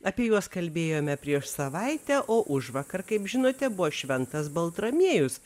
apie juos kalbėjome prieš savaitę o užvakar kaip žinote buvo šventas baltramiejus